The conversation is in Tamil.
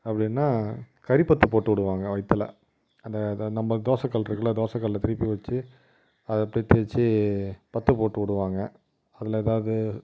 அப்படீன்னா கரி பத்து போட்டு விடுவாங்க வயிற்றுல அந்த அந்த நம்ம தோசக்கல் இருக்குதுல்ல தோசக்கல்லை திருப்பி வெச்சி அதை அப்டியே தேய்ச்சி பத்து போட்டு விடுவாங்க அதில் எதாவது